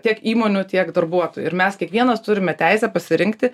tiek įmonių tiek darbuotojų ir mes kiekvienas turime teisę pasirinkti